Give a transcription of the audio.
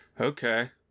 Okay